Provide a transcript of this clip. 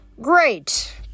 Great